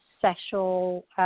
sexual